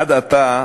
עד עתה,